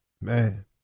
Man